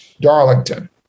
Darlington